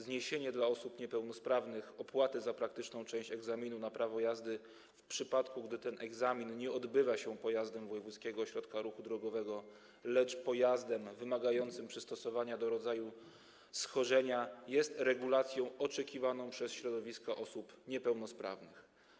Zniesienie dla osób niepełnosprawnych opłaty za praktyczną część egzaminu na prawo jazdy w przypadku gdy ten egzamin nie odbywa się pojazdem wojewódzkiego ośrodka ruchu drogowego, lecz pojazdem wymagającym przystosowania do rodzaju schorzenia, jest regulacją oczekiwaną przez środowiska osób niepełnosprawnych.